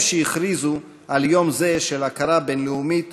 שהכריזו על יום זה של הכרה בין-לאומית